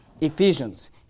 Ephesians